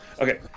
okay